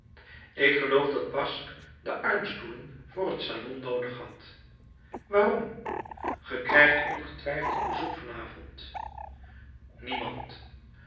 ik geloof dat basque de armstoelen voor het salon noodig had waarom ge krijgt ongetwijfeld bezoek van avond niemand